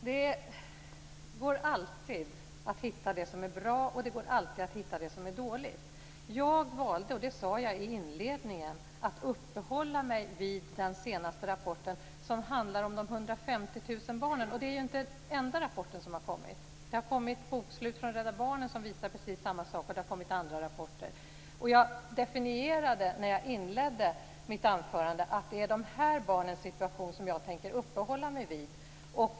Fru talman! Det går alltid att hitta det som är bra, och det går alltid att hitta det som är dåligt. Jag valde, som jag sade i inledningen, att uppehålla mig vid den senaste rapporten som handlar om de 150 000 barnen. Det är inte den enda rapport som har kommit. Det har kommit bokslut från Rädda Barnen som visar precis samma sak, och det har kommit andra rapporter. Jag definierade när jag inledde mitt anförande att det är de här barnens situation som jag tänker uppehålla mig vid.